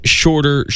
shorter